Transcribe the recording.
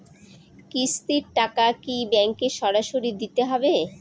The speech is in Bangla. কিস্তির টাকা কি ব্যাঙ্কে সরাসরি দিতে হবে?